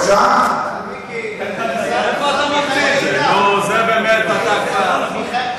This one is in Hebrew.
מיקי, נו באמת, עכשיו אתה מטעה את כולם.